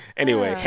anyway,